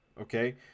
Okay